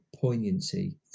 poignancy